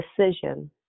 decision